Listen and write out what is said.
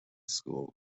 school